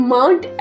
Mount